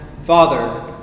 Father